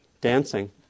dancing